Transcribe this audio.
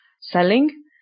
selling